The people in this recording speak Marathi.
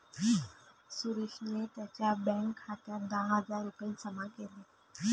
सुरेशने त्यांच्या बँक खात्यात दहा हजार रुपये जमा केले